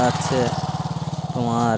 হচ্ছে তোমার